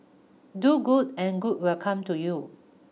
do good and good will come to you